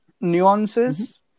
nuances